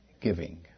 giving